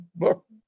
look